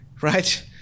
right